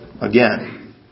again